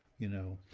you know,